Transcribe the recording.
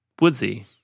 woodsy